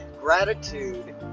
Gratitude